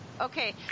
Okay